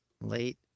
late